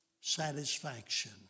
satisfaction